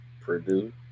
Purdue